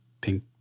pink